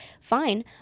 fine